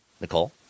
Nicole